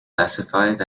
classified